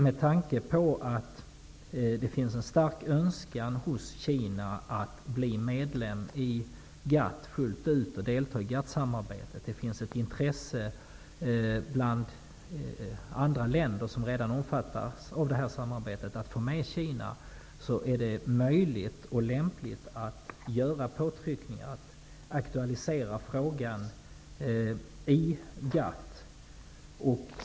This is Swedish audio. Med tanke på att det finns en stark önskan hos Kina att bli medlem i GATT och fullt ut delta i samarbetet -- och det finns ett intresse bland andra länder som redan omfattas av detta samarbete att få med Kina -- är möjligt och lämpligt att aktualisera frågan i GATT.